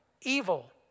evil